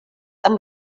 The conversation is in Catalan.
amb